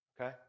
Okay